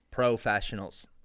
Professionals